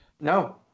No